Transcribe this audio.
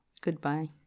goodbye